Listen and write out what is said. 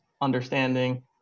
understanding